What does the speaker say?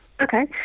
Okay